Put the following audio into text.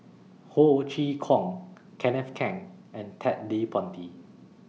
Ho Chee Kong Kenneth Keng and Ted De Ponti